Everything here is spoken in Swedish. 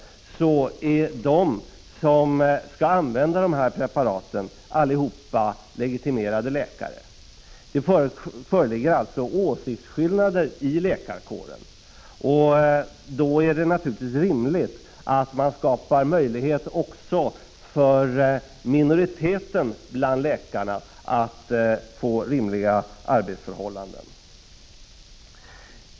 1985/86:55 alla som skall använda dessa preparat legitimerade läkare. Det föreligger 18 december 1985 alltså åsiktsskillnader i läkarkåren. Då är det naturligtvis befogat at man. 0 skapar möjlighet också för minoriteten bland läkarna att arbeta under rimliga förhållanden.